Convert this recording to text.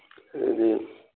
ꯑꯗꯨꯗꯤ